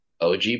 OG